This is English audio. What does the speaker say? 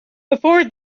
before